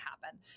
happen